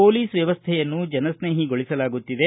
police ವ್ಯವಸ್ಥೆಯನ್ನು ಜನಸ್ಟೇಹಿಗೊಳಿಸಲಾಗುತ್ತಿದೆ